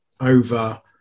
over